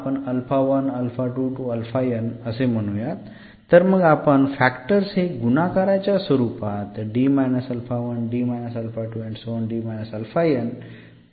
असे म्हणूयात तर मग आपण फॅक्टर्स हे गुणाकाराच्या स्वरूपात असे लिहू शकतो